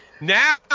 now